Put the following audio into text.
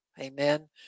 Amen